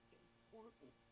important